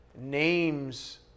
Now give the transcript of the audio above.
names